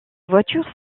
voiture